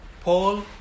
Paul